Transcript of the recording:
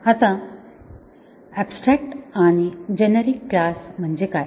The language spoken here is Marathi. आता ऍबस्ट्रॅक्ट आणि जेनेरिक क्लास म्हणजे काय